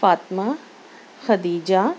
Fatima Khadija